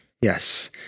Yes